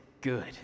good